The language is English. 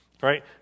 right